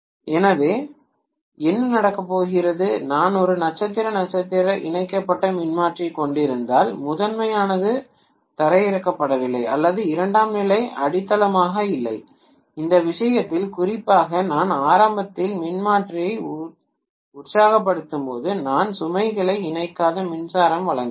எனவே என்ன நடக்கப் போகிறது நான் ஒரு நட்சத்திர நட்சத்திர இணைக்கப்பட்ட மின்மாற்றியைக் கொண்டிருந்தால் முதன்மையானது தரையிறக்கப்படவில்லை அல்லது இரண்டாம் நிலை அடித்தளமாக இல்லை இந்த விஷயத்தில் குறிப்பாக நான் ஆரம்பத்தில் மின்மாற்றியை உற்சாகப்படுத்தும் போது நான் சுமைகளை இணைக்காத மின்சாரம் வழங்குவேன்